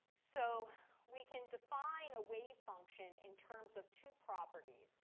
so we can define a wave function in terms of two properties,